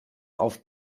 auf